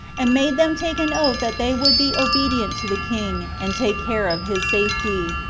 and made them take an oath that they would be obedient to the king, and take care of his safety,